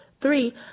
Three